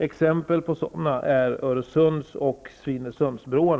Exempel på sådana är Öresundsbron och Svinesundsbron.